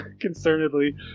concernedly